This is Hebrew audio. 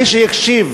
מי שהקשיב